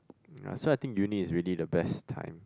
uh so I think uni is really the best time